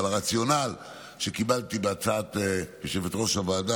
אבל הרציונל שקיבלתי בהצעת יושבת-ראש הוועדה,